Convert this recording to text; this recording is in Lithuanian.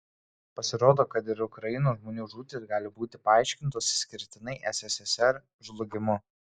pasirodo kad ir ukrainos žmonių žūtys gali būti paaiškintos išskirtinai sssr žlugimu